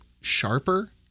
sharper